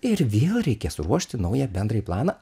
ir vėl reikės ruošti naują bendrąjį planą